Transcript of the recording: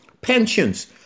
Pensions